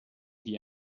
die